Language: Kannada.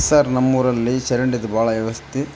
ಸರ್ ನಮ್ಮೂರಲ್ಲಿ ಚರಂಡಿದು ಭಾಳ ವ್ಯವಸ್ಥೆ